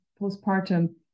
postpartum